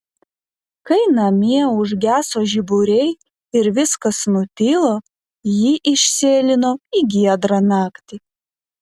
kai namie užgeso žiburiai ir viskas nutilo ji išsėlino į giedrą naktį